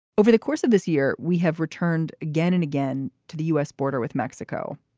over the course of this year, we have returned again and again to the u s. border with mexico.